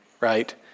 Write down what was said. right